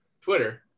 Twitter